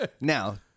now